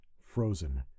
frozen